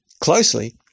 closely